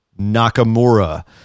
Nakamura